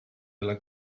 della